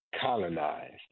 colonized